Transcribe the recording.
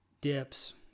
dips